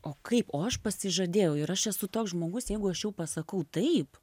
o kaip o aš pasižadėjau ir aš esu toks žmogus jeigu aš jau pasakau taip